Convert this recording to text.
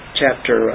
chapter